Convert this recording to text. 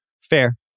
Fair